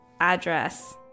address